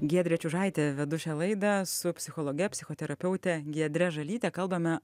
giedrė čiužaitė vedu šią laidą su psichologe psichoterapeute giedre žalyte kalbame